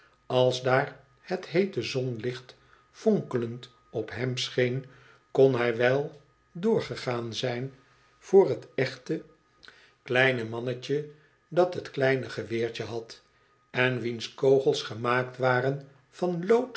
als daar het heete zonlicht vonkelend op hem schoon kon hij wel doorgegaan zijn voor t echto kleine mannetje dat het kleine geweertje had en wiens kogels gemaakt waren van